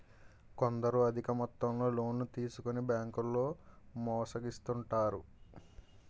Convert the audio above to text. కొందరు అధిక మొత్తంలో లోన్లు తీసుకొని బ్యాంకుల్లో మోసగిస్తుంటారు